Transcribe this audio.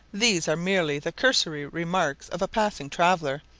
these are merely the cursory remarks of a passing traveller,